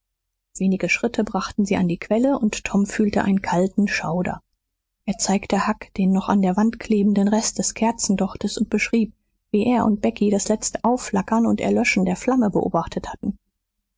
wenige schritte brachten sie an die quelle und tom fühlte einen kalten schauder er zeigte huck den noch an der wand klebenden rest des kerzendochtes und beschrieb wie er und becky das letzte aufflackern und erlöschen der flamme beobachtet hatten